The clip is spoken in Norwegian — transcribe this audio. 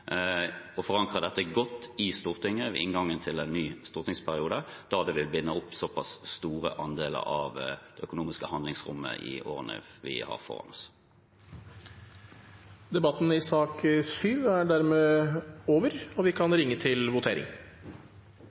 å forankre det godt i Stortinget ved inngangen til en ny stortingsperiode, da det vil binde opp såpass store andeler av det økonomiske handlingsrommet i årene vi har foran oss. Replikkordskiftet er omme. Flere har ikke bedt om ordet til sak nr. 7. Da er Stortinget klar til å gå til votering.